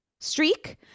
streak